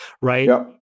right